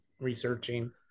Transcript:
researching